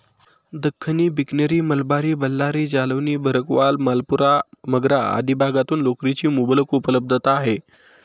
दख्खनी, बिकनेरी, मलबारी, बल्लारी, जालौनी, भरकवाल, मालपुरा, मगरा आदी भागातून लोकरीची मुबलक उपलब्धता आहे